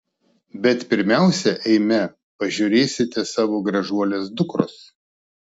bet pirmiausia eime pažiūrėsite savo gražuolės dukros